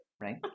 Right